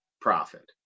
profit